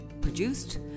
Produced